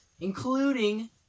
Including